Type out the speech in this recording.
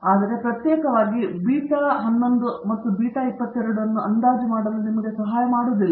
ಆದರೆ ಪ್ರತ್ಯೇಕವಾಗಿ ಬೀಟಾ 11 ಮತ್ತು ಬೀಟಾ 22 ಅನ್ನು ಅಂದಾಜು ಮಾಡಲು ನಿಮಗೆ ಸಹಾಯ ಮಾಡುವುದಿಲ್ಲ